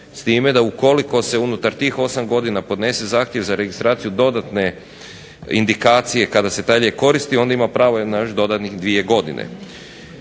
s time da ukoliko se unutar tih 8 godina podnese zahtjev za registraciju dodatne indikacije kada se taj lijek koristi onda ima pravo na još dodanih 2 godine.